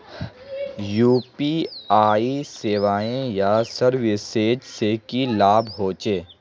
UPI सेवाएँ या services से की लाभ होचे?